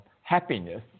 happiness